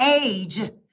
age